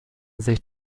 sich